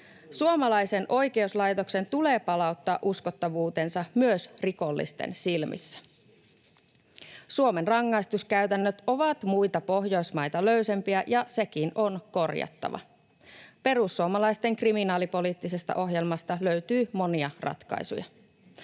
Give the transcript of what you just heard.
Suomalaisen oikeuslaitoksen tulee palauttaa uskottavuutensa myös rikollisten silmissä. Suomen rangaistuskäytännöt ovat muita Pohjoismaita löysempiä, ja sekin on korjattava. Perussuomalaisten kriminaalipoliittisesta ohjelmasta löytyy monia ratkaisuja.